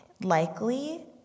Likely